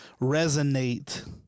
resonate